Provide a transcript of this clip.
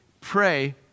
Pray